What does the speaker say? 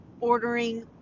ordering